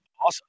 Awesome